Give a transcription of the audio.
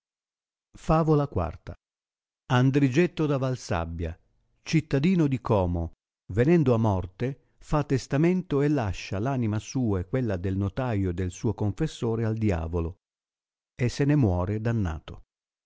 favola v andrigetto da valsabbia cittadino di como venendo a morte fa testamento e lascia l'anima sua e quella del notaio e del suo confessore al dia volo e se ne muore dannato